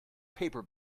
paper